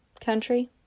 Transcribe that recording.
country